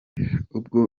ubwo